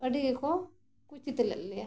ᱟᱹᱰᱤ ᱜᱮᱠᱚ ᱠᱩᱪᱤᱛᱞᱮᱫ ᱞᱮᱭᱟ